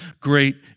great